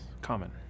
common